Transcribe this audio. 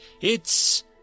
It's